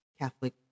Catholic